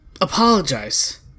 apologize